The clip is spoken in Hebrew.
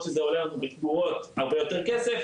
למרות שזה עולה הרבה יותר כסף,